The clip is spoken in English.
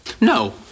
No